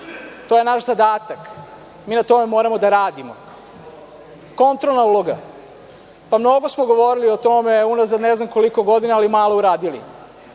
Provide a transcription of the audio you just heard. To je naš zadatak, mi na tome moramo da radimo. Kontrolna uloga, mnogo smo govorili o tome unazad ne znam koliko godina, ali malo uradili.